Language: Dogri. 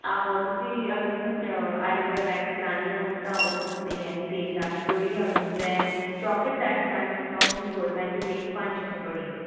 आहो तुसें अगर तुसें एलोवेरा वैक्स करानी होग तां ओह् तुसेंगी पेई जानी तिन चार सौ धोड़ी अगर तुसें चाकलेट वैक्स करानी तां ओह् थोह्ड़ी होर मैंह्गी पेई जानी पंज छे सो धोड़ी